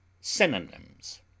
Synonyms